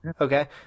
Okay